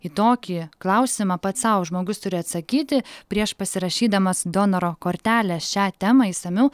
į tokį klausimą pats sau žmogus turi atsakyti prieš pasirašydamas donoro kortelę šią temą išsamiau